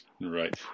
Right